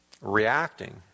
reacting